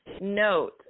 note